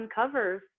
uncovers